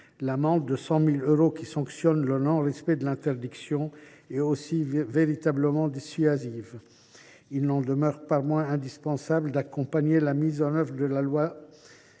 l’amende de 100 000 euros qui sanctionne le non respect de l’interdiction est véritablement dissuasive. Il n’en demeure pas moins indispensable d’accompagner la mise en œuvre du texte